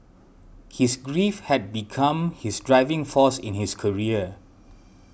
his grief had become his driving force in his career